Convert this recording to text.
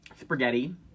Spaghetti